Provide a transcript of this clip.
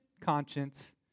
conscience